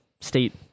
state